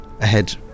ahead